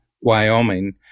Wyoming